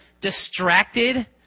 distracted